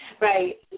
Right